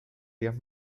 días